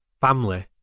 family